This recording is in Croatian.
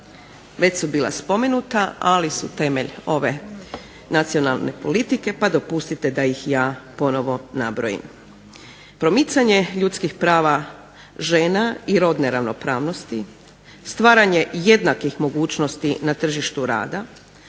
Već su bila spomenuta ali su temelj ove nacionalne politike pa dopustiti da ih ja ponovno nabrojim. Promicanje ljudskih prava žena i rodne ravnopravnosti, stvaranje jednakih mogućnosti na tržištu rada,